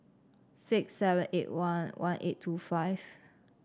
six seven eight one one eight two five